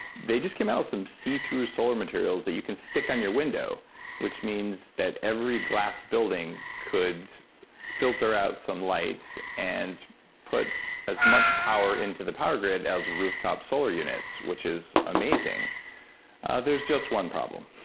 they just come out with some see-through solar materials that you can stick on your window which means that every glass building could filter out some lights and put as much power into the power grid as rooftop solar units, which is amazing there's just one problem.